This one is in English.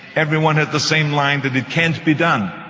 every one had the same line that it can't be done.